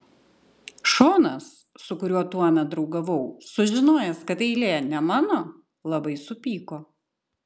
šonas su kuriuo tuomet draugavau sužinojęs kad eilė ne mano labai supyko